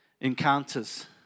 encounters